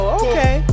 okay